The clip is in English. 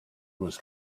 must